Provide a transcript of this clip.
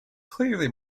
clearly